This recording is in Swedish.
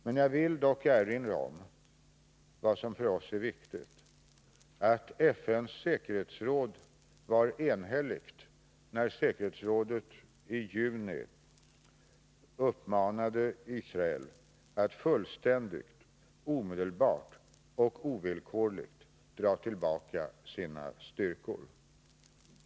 Jag vill dock erinra om det för oss viktiga faktum att att FN:s säkerhetsråd var enhälligt när det i juni uppmanade Israel att fullständigt, omedelbart och ovillkorligt dra tillbaka sina styrkor.